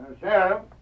sheriff